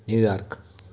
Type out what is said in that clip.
New York